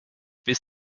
bis